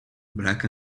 black